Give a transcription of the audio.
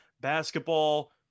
basketball